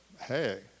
hey